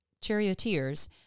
charioteers